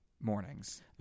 Mornings